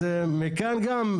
אז מכאן גם,